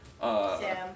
Sam